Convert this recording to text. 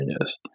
Yes